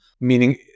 Meaning